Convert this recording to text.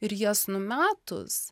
ir jas numetus